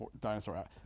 dinosaur